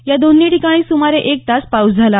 या दोन्ही ठिकाणी सुमारे एक तास पाऊस झाला